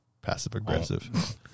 passive-aggressive